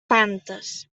fantes